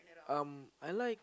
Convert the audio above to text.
um I like